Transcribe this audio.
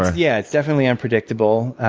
yeah, it's definitely unpredictable.